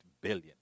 billion